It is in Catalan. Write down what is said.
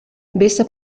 vessa